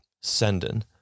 sending